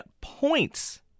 points